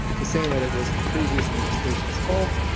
to saying that it was the previous administration's fault,